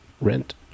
rent